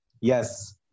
Yes